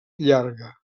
llarga